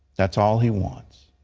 that's all he wants.